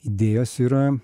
idėjos yra